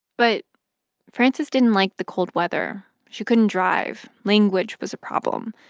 but frances didn't like the cold weather. she couldn't drive. language was a problem.